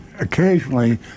Occasionally